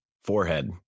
Forehead